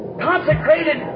consecrated